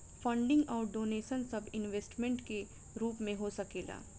funding अउर donation सब investment के रूप में हो सकेला